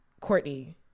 Courtney